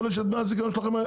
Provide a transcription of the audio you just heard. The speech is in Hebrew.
יכול להיות שדמי הזיכיון שלכם,